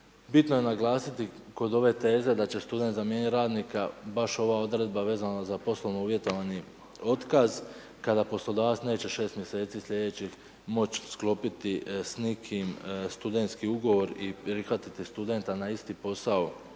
Bitno je naglasiti kod ove teze da će student zamijeniti radnika, baš ova odredba vezano za poslovno uvjetovani otkaz kada poslodavac neće 6 mjeseci sljedećih moći sklopiti s nikim studentski ugovor i prihvatiti studenta na isti posao